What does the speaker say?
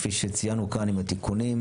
כפי שציינו כאן עם התיקונים.